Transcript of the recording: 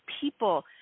people